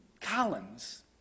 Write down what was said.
Collins